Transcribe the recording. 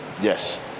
Yes